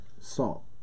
Salt